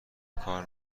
کار